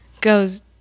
goes